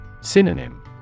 Synonym